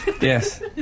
Yes